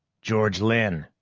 george lynn!